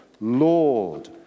Lord